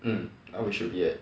mm ah we should be at